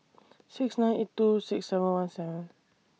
six nine eight two six seven one seven